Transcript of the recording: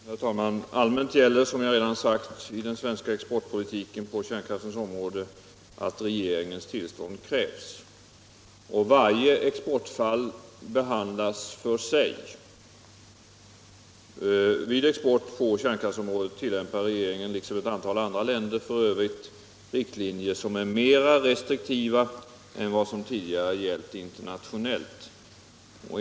Herr talman! Allmänt gäller, som jag redan sagt, i den svenska exportpolitiken på kärnkraftens område att regeringens tillstånd krävs. Varje exportfall behandlas för sig. Vid export på kärnkraftsområdet tillämpar regeringen — liksom f. ö. ett antal andra länder — riktlinjer som är mera restriktiva än vad som tidigare gällt internationellt.